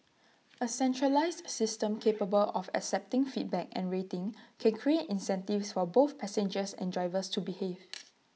A centralised A system capable of accepting feedback and rating can create incentives for both passengers and drivers to behave